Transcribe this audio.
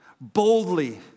boldly